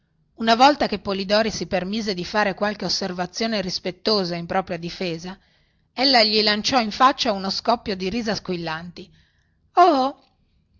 una volta che polidori si permise di fare qualche osservazione rispettosa in propria difesa ella gli lanciò in faccia uno scoppio di risa squillanti oh